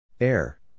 Air